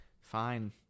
fine